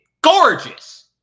gorgeous